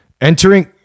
Entering